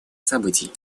событий